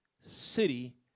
city